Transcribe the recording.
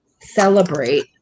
celebrate